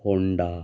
Honda